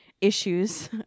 issues